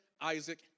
Isaac